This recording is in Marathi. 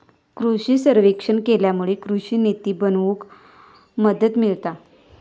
कृषि सर्वेक्षण केल्यामुळे कृषि निती बनवूक मदत मिळता